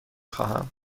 خواهم